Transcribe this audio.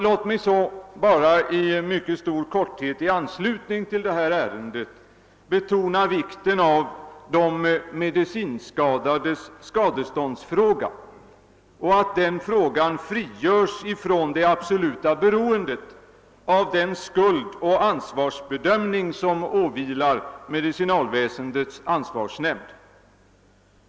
Låt mig så i stor korthet i anslutning till detta ärende betona vikten av att de medicinskadades skadeståndsfråga frigörs från det absoluta beroendet av den skuldoch ansvarsbedömning som åvilar medicinalväsendets ansvarsnämnd.